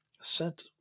sent